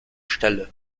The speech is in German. stelle